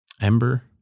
Ember